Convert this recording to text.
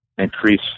increase